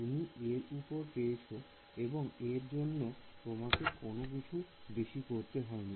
তুমি এর উত্তর পেয়েছ এবং এর জন্য তোমাকে কোন কিছু বেশি করতে হয়নি